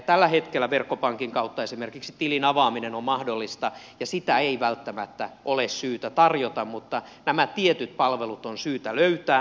tällä hetkellä verkkopankin kautta esimerkiksi tilin avaaminen on mahdollista ja sitä ei välttämättä ole syytä tarjota mutta nämä tietyt palvelut on syytä löytää